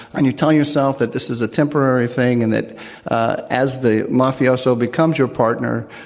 and you tell you rself that this is a temporary thing and that as the mafioso becomes your partner,